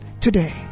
today